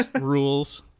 rules